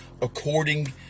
according